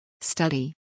Study